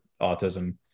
Autism